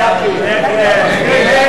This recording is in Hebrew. ההסתייגות של קבוצת סיעת חד"ש לסעיף 37,